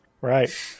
right